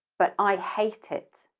but i hate it